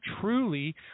truly